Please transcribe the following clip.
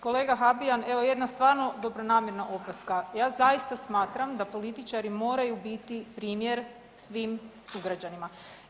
Kolega Habijan, evo jedna stvarno dobronamjerna opaska, ja zaista smatram da političari moraju biti primjer svim sugrađanima.